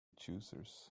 choosers